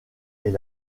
est